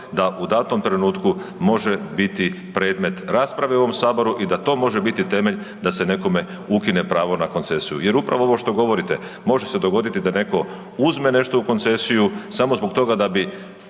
da u datom trenutku može biti predmet rasprave u ovom Saboru i da može biti temelj da se nekome ukine pravo na koncesiju. Jer upravo ovo što govorite, može se dogoditi da netko uzme nešto u koncesiju, samo zbog toga da bi